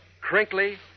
crinkly